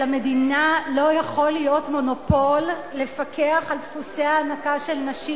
ולמדינה לא יכול להיות מונופול לפקח על דפוסי ההנקה של נשים.